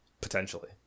Potentially